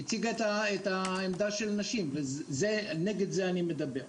היא הציגה את עמדת הנשים, ונגד זה אני מדבר.